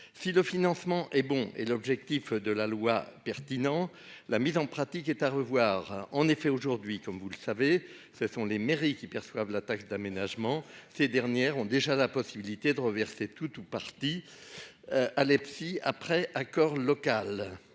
Si le financement est bon et l'objectif de la loi pertinent, la mise en pratique est à revoir. Comme vous le savez, ce sont aujourd'hui les mairies qui perçoivent la taxe d'aménagement. Ces dernières ont déjà la possibilité d'en reverser tout ou partie à l'EPCI en fonction